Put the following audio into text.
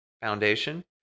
Foundation